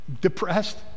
depressed